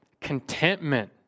contentment